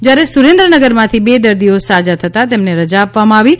જ્યારે સુરેન્ન નગરમાંથી બે દર્દીઓ સાજા થતાં તેમને રજા આપવામાં આવી છે